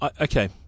Okay